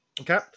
Okay